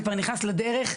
זה כבר נכנס לדרך,